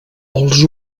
els